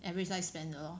average lifespan lor